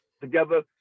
together